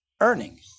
earning